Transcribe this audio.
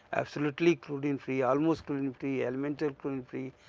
absolutely chlorine free, almost chlorine free, elemental chlorine free,